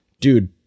dude